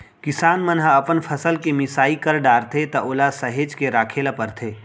किसान मन ह अपन फसल के मिसाई कर डारथे त ओला सहेज के राखे ल परथे